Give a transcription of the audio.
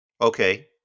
Okay